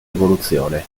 evoluzione